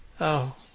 Oh